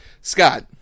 Scott